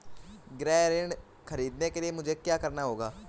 गृह ऋण ख़रीदने के लिए मुझे क्या करना होगा?